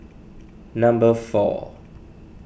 number four